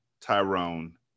Tyrone